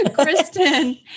Kristen